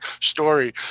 story